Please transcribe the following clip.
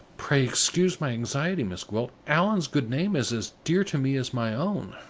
pray excuse my anxiety, miss gwilt allan's good name is as dear to me as my own!